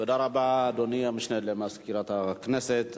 תודה רבה, אדוני המשנה למזכירת הכנסת.